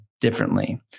differently